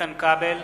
איתן כבל,